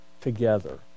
together